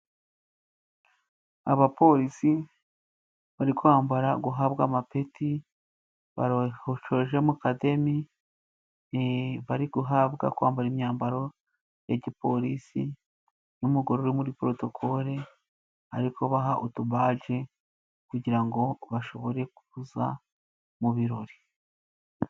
Abapolisi bari kwambara guhabwa amapeti. Bashoje mu kademi bari guhabwa kwambara imyambaro ya gipolisi, n'umugore uri muri porotocole ari kubaha utubaji, kugira ngo bashobore kuza mu birori.